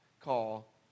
call